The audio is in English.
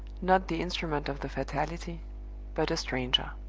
not the instrument of the fatality but a stranger!